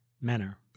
manner